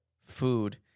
food